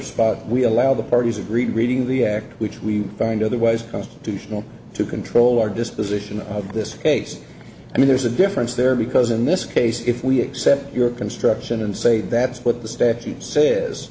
spot we allow the parties agreed reading the act which we find otherwise constitutional to control our disposition of this case i mean there's a difference there because in this case if we accept your construction and say that's what the statute says